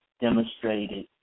demonstrated